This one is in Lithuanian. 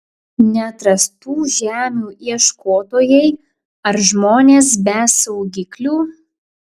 neatrastų žemių ieškotojai ar žmonės be saugiklių